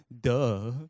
duh